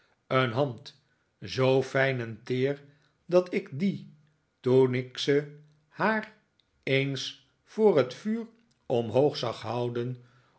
een hand zoo fijn en teer dat ik die toen ik ze haar eens voor het vuur omhoog zag david copperfield houden